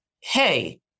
hey